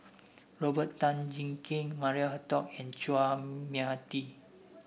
Robert Tan Jee Keng Maria Hertogh and Chua Mia Tee